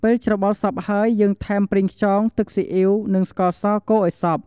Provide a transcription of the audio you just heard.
ពេលច្របល់សព្វហើយយើងថែមប្រេងខ្យង ទឹកស៊ីអ៊ីវ និងស្ករស កូរឱ្យសព្វ។